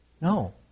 No